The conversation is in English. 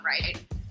right